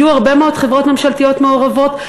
יהיו הרבה מאוד חברות ממשלתיות מעורבות,